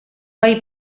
hay